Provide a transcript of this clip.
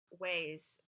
ways